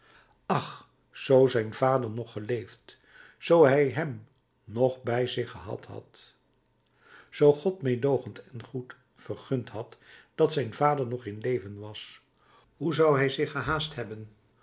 ach zoo zijn vader nog geleefd zoo hij hem nog bij zich gehad had zoo god meedoogend en goed vergund had dat zijn vader nog in leven was hoe zou hij zich gehaast hebben